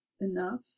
enough